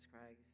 Christ